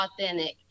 authentic